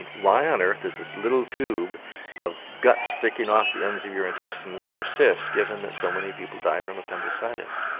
and why on earth is this little tube of gut sticking off the ends of your intestines persist, given that so many people die of appendicitis?